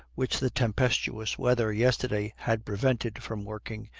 which the tempestuous weather yesterday had prevented from working,